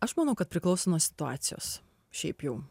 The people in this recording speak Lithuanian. aš manau kad priklauso nuo situacijos šiaip jau